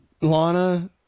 Lana